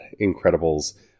Incredibles